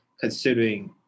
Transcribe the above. considering